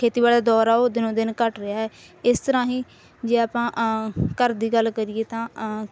ਖੇਤੀਬਾੜੀ ਦਾ ਦੌਰ ਆ ਉਹ ਦਿਨੋਂ ਦਿਨ ਘੱਟ ਰਿਹਾ ਇਸ ਤਰ੍ਹਾਂ ਹੀ ਜੇ ਆਪਾਂ ਘਰ ਦੀ ਗੱਲ ਕਰੀਏ ਤਾਂ